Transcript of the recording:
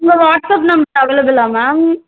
உங்கள் WhatsApp number அவைளபுலா ma'am